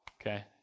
okay